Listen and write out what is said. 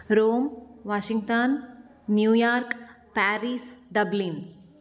Rome Washington New York Paris doubling